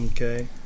Okay